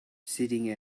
sitting